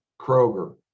Kroger